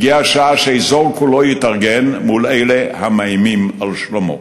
הגיעה השעה שהאזור כולו יתארגן מול אלה המאיימים על שלומו.